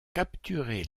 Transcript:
capturer